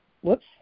whoops